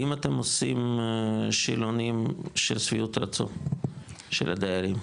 האם אתם עושים שאלונים של שביעות רצון של הדיירים?